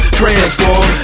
transform